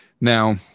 Now